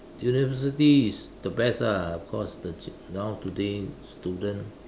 University is the best ah cause the now today student